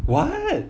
what